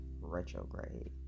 retrograde